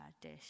dish